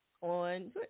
on